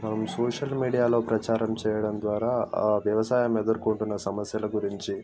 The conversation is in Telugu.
మనం సోషల్ మీడియాలో ప్రచారం చేయడం ద్వారా వ్యవసాయం ఎదురుకొంటున్న సమస్యల గురించి